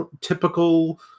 typical